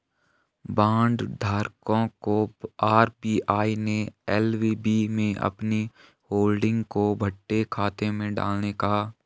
bond धारकों को RBI ने एल.वी.बी में अपनी होल्डिंग को बट्टे खाते में डालने कहा